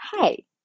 Hey